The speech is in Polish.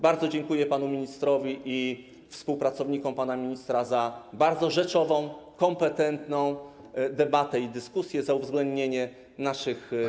Bardzo dziękuję panu ministrowi i współpracownikom pana ministra za bardzo rzeczową, kompetentną debatę, dyskusję, za uwzględnienie naszych poprawek.